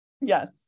Yes